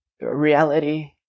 reality